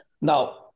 now